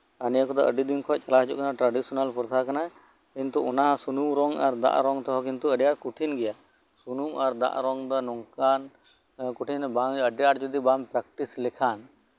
ᱟᱨ ᱱᱤᱭᱟᱹ ᱠᱚᱫᱚ ᱟᱹᱰᱤ ᱫᱤᱱ ᱠᱷᱚᱡ ᱪᱟᱞᱟᱣ ᱦᱤᱡᱩᱜ ᱠᱟᱱᱟ ᱴᱨᱟᱰᱤᱥᱚᱱᱟᱞ ᱵᱟᱠᱷᱨᱟ ᱠᱟᱱᱟ ᱠᱤᱱᱛᱩ ᱚᱱᱟ ᱥᱩᱱᱩᱢ ᱨᱚᱝ ᱟᱨ ᱫᱟᱜ ᱨᱚᱝ ᱦᱚᱸ ᱠᱤᱱᱛᱩ ᱟᱹᱰᱤ ᱟᱸᱴ ᱠᱚᱴᱷᱤᱱ ᱜᱮᱭᱟ ᱥᱩᱱᱩᱢ ᱟᱨ ᱫᱟᱜ ᱨᱚᱝ ᱫᱚ ᱱᱚᱝᱠᱟᱱ ᱠᱚᱴᱷᱤᱱ ᱫᱚ ᱵᱟᱝ ᱦᱩᱭᱩᱜᱼᱟ ᱟᱹᱰᱤ ᱟᱸᱴ ᱡᱩᱫᱤ ᱵᱟᱢ ᱯᱨᱮᱠᱴᱤᱥ ᱞᱮᱠᱷᱟᱱ